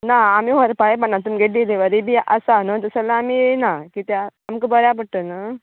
ना आमी व्हरपा येवपाना तुमगे डिलीवरी बी आसा नू तस जाल्यार आमी येयना कित्या आमकां बऱ्या पडट नू